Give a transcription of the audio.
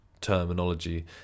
terminology